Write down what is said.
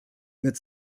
wird